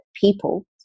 people